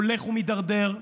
הולך ומידרדר.